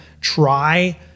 try